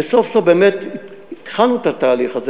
וסוף-סוף באמת התחלנו את התהליך הזה,